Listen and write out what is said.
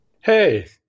Hey